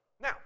Now